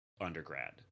undergrad